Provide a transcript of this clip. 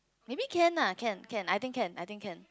maybe can lah can can I think can I think can